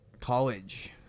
College